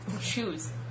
shoes